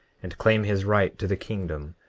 and claim his right to the kingdom,